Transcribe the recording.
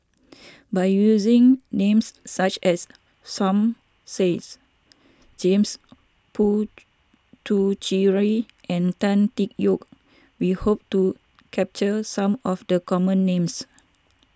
by using names such as Som Saids James Puthucheary and Tan Tee Yoke we hope to capture some of the common names